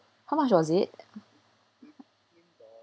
how much was it